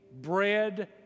bread